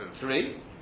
three